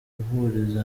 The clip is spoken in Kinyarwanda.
guhuriza